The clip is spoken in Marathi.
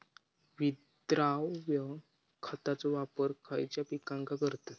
विद्राव्य खताचो वापर खयच्या पिकांका करतत?